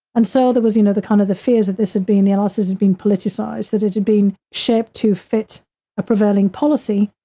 and so, there was, you know, the kind of the fears of this had been, the analysis has been politicized, that it had been shaped to fit a prevailing policy,